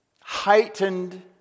heightened